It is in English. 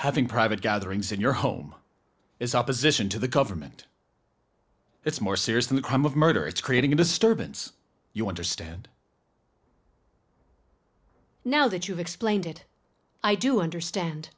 having private gatherings in your home is opposition to the government it's more serious than the crime of murder it's creating a disturbance you understand now that you've explained it i do understand